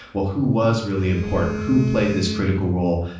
well, who was really important? who played this critical role?